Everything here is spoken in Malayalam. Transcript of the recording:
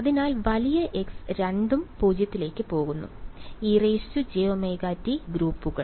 അതിനാൽ വലിയ x രണ്ടും 0 ലേക്ക് പോകുന്നു വിദ്യാർത്ഥി ejωt ഗ്രൂപ്പുകൾ